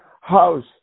house